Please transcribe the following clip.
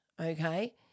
okay